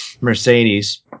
mercedes